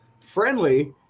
friendly